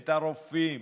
את הרופאים,